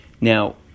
Now